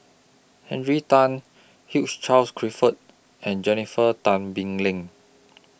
Henry Tan Hugh Charles Clifford and Jennifer Tan Bee Leng